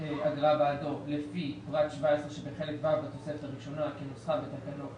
אגרה בעדו לפי פרט 17 שבחלק ו' בתוספת הראשונה כנוסחה בתקנות